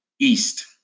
East